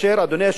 אדוני היושב-ראש,